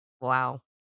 Wow